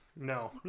No